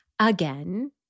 again